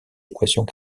équations